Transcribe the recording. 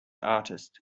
artist